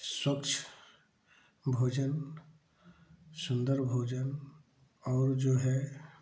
स्वच्छ भोजन सुंदर भोजन और जो है